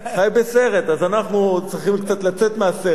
אז אנחנו צריכים קצת לצאת מהסרט,